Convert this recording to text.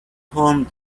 home